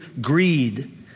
greed